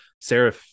Sarah